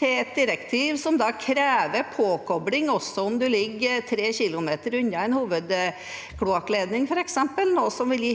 til et direktiv som krever påkobling også om man f.eks. ligger 3 km unna en hovedkloakkledning, noe som vil gi